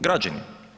Građani.